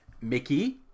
Mickey